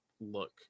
look